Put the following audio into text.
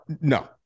No